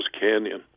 Canyon